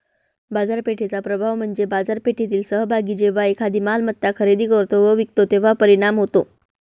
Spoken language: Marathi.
बाजारपेठेचा प्रभाव म्हणजे बाजारपेठेतील सहभागी जेव्हा एखादी मालमत्ता खरेदी करतो व विकतो तेव्हा परिणाम होतो